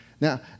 Now